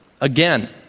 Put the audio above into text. again